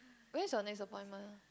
when is your next appointment